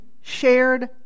shared